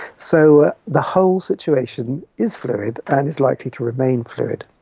so the whole situation is fluid and is likely to remain fluid.